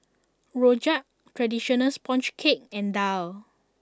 Rojak Traditional Sponge Cake and Daal